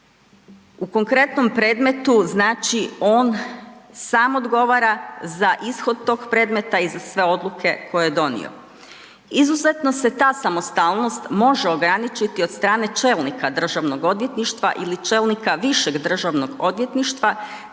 U konkretnom predmetu znači on sam odgovara za ishod tog predmeta i za sve odluke koje je donio. Izuzetno se ta samostalnost može ograničiti od strane čelnika Državnog odvjetništva ili čelnika višeg Državnog odvjetništva